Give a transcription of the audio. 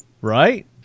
Right